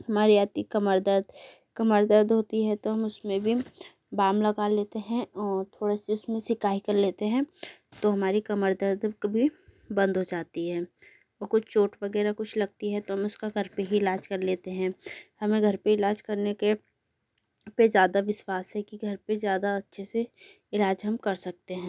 हमारी आती कमर दर्द कमर दर्द होती है तो हम उस में भी बाम लगा लेते हैं और थोड़े से उस में सिकाई कर लेते हैं तो हमारी कमर दर्द का भी बंद हो जाता है और कुछ चोँट वग़ैरह कुछ लगती है तो हम उसका घर पर ही इलाज कर लेते हैं हमें घर पर इलाज करने के पर ज़्यादा विश्वास है कि घर पर ज़्यादा अच्छे से इलाज हम कर सकते हैं